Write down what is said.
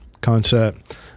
concept